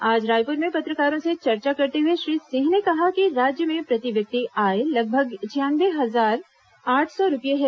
आज रायपुर में पत्रकारों से चर्चा करते हुए श्री सिंह ने कहा कि राज्य में प्रति व्यक्ति आय लगभग छियानवे हजार आठ सौ रूपये है